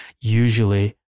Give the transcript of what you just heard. usually